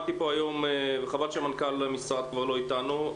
חבל שמנכ"ל המשרד כבר לא איתנו.